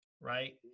right